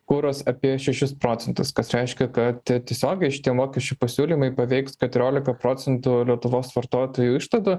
kuras apie šešis procentus kas reiškia kad tiesiogiai šitie mokesčių pasiūlymai paveiks keturiolika procentų lietuvos vartotojų išlaidų